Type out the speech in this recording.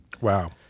Wow